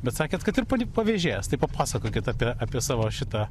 bet sakėt kad ir pavėžėjas tai papasakokit apie apie savo šitą